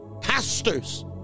Pastors